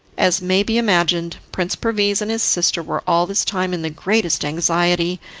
as may be imagined, prince perviz and his sister were all this time in the greatest anxiety,